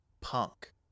Punk